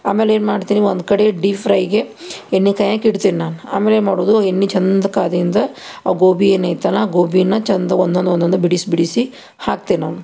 ಆಮೇಲೆ ಏನು ಮಾಡ್ತೀನಿ ಒಂದು ಕಡೆ ಡೀಪ್ ಫ್ರೈಗೆ ಎಣ್ಣೆ ಕಾಯಕ್ಕೆ ಇಡ್ತೀನಿ ನಾನು ಆಮೇಲೆ ಏನು ಮಾಡೋದು ಎಣ್ಣೆ ಚಂದ ಕಾದಿಂದ ಆ ಗೋಬಿ ಏನೈತಲ್ಲ ಆ ಗೋಬಿನ ಚಂದ ಒಂದೊಂದು ಒಂದೊಂದು ಬಿಡಿಸಿ ಬಿಡಿಸಿ ಹಾಕ್ತೀನಿ ನಾನು